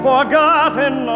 Forgotten